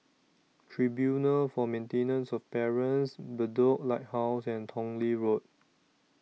Tribunal For Maintenance of Parents Bedok Lighthouse and Tong Lee Road